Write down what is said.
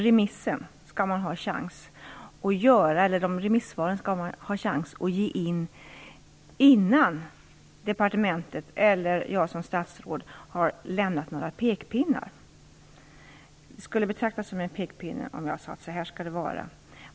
Remissvaren skall man ha chans att lämna in innan departementet eller jag som statsråd kommer med några pekpinnar. Det skulle nämligen betraktas som en pekpinne om jag sade att si eller så skall det vara.